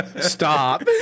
Stop